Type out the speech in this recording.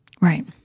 Right